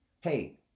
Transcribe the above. Hey